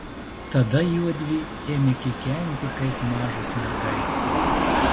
tada juodvi ėmė kikenti kaip mažos mergaitės